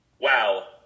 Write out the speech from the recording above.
wow